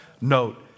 Note